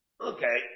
Okay